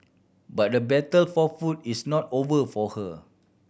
but the battle for food is not over for her